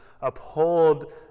uphold